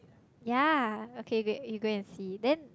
yea okay great you go and see then